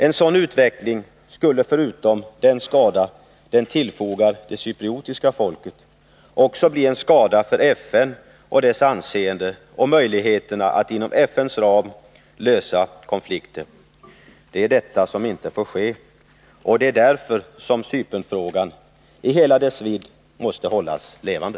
En sådan utveckling skulle förutom den skada den tillfogar det cypriotiska folket också bli en skada för FN och dess anseende och möjligheterna att inom FN:s ram lösa konflikten. Det är detta som inte får ske. Det är därför som Cypernfrågan i hela dess vidd måste hållas levande.